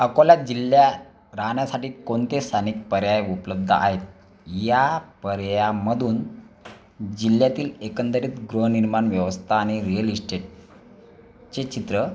अकोला जिल्ह्यात राहण्यासाठी कोणते स्थानिक पर्याय उपलब्ध आहेत या पर्यायांमधून जिल्ह्यातील एकंदरीत गृहनिर्माण व्यवस्था आणि रिअल इस्टेटचे चित्र